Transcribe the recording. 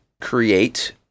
create